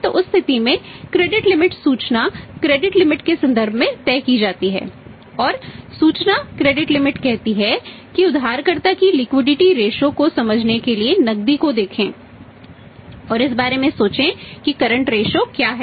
तो उस स्थिति में क्रेडिट क्या है